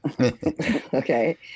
Okay